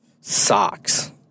Socks